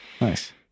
Nice